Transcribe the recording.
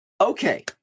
okay